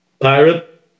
Pirate